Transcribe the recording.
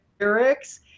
lyrics